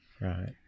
Right